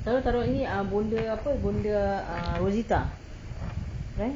kamu taruh ini ah bonda apa bonda ah rozita right